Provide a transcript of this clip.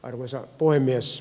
arvoisa puhemies